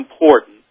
important